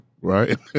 right